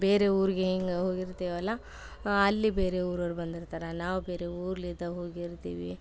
ಬೇರೆ ಊರಿಗೆ ಹಿಂಗೆ ಹೋಗಿರ್ತೀವಲ್ಲ ಅಲ್ಲಿ ಬೇರೆ ಊರವ್ರು ಬಂದಿರ್ತಾರೆ ನಾವು ಬೇರೆ ಊರ್ಲಿದ ಹೋಗಿರ್ತೀವಿ